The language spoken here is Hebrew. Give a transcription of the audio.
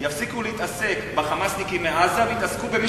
יפסיקו להתעסק ב"חמאסיניקים" מעזה ויתעסקו במי,